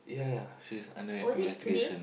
yeah yeah she under investigation